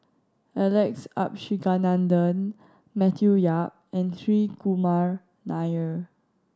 Alex Abisheganaden Matthew Yap and Hri Kumar Nair